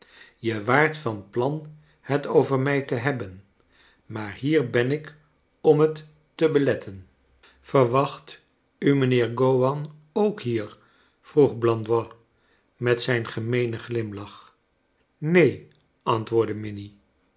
je waart van plan het over mij te hebben maar hier ben ik om het te beletten verwacht u mijnheer gowan ook hier vroeg blandois met zijn gemeenen glimlach neen antwoordde minnie